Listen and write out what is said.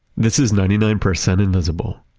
this is ninety nine percent invisible.